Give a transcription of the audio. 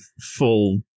full